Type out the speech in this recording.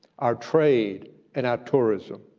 our trade and our tourism,